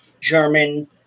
German